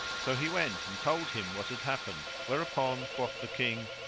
so he went and told him what had happened, where upon quoth the king,